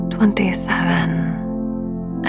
Twenty-seven